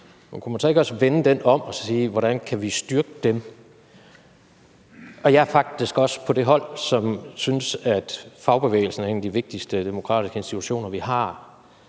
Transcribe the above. kunne man så ikke også vende den om og så sige: Hvordan kan vi styrke dem? Og jeg er faktisk også på det hold, som synes, at fagbevægelsen er en af de vigtigste demokratiske institutioner, vi har.